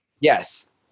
Yes